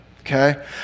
okay